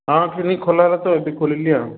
ହଁ କ୍ଲିନିକ୍ ଖୋଲା ହେଲା ତ ଏବେ ଖୋଲିଲି ଆଉ